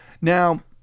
Now